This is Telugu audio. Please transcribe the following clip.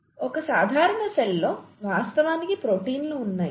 ఒక సాధారణ సెల్ లో వాస్తవానికి ప్రోటీన్లు ఉన్నాయి